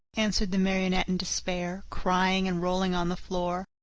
answered the marionette in despair, crying and rolling on the floor.